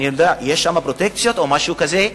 יש שם פרוטקציות או משהו כזה?